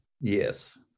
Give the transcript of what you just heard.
Yes